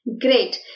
Great